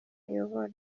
ayobora